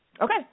Okay